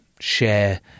share